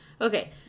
Okay